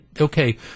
okay